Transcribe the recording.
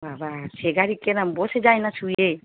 বাবা সে গাড়ি কীরকম বসে যায় না শুয়ে